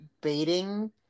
baiting